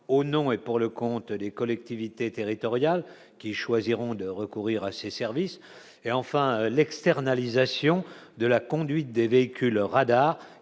au nom et pour le compte des collectivités territoriales qui choisiront de recourir à ses services, et enfin l'externalisation de la conduite des véhicules radar